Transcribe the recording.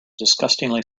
disgustingly